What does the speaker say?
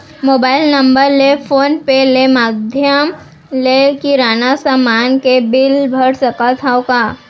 Mobile number ले phone पे ले माधयम ले किराना समान के बिल भर सकथव का?